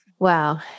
Wow